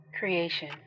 Creation